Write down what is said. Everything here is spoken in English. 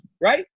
right